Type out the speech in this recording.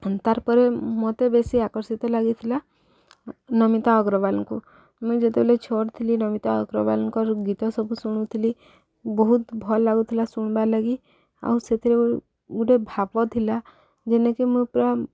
ତାର୍ ପରେ ମତେ ବେଶୀ ଆକର୍ଷିତ ଲାଗିଥିଲା ନମିତା ଅଗ୍ରୱାଲଙ୍କୁ ମୁଇଁ ଯେତେବେଳେଲେ ଛୋଟ୍ ଥିଲି ନମିତା ଅଗ୍ରୱାଲଙ୍କର ଗୀତ ସବୁ ଶୁଣୁଥିଲି ବହୁତ ଭଲ ଲାଗୁଥିଲା ଶୁଣବାର୍ ଲାଗି ଆଉ ସେଥିରେ ଗୋଟେ ଭାବ ଥିଲା ଯେନ୍ଟାକି ମୁଁ ପୁରା